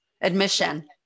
admission